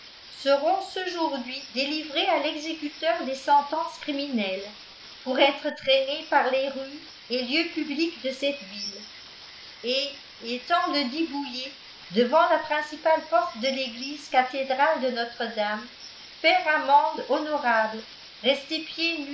seront cejourd'hui délivrés a l'exécuteur des sentences criminelles pour être trainés par les rues et lieux publics de cette ville et étant ledit boullé devant la principale porte de l'église cathédrale de notre-dame fair amende honorable rester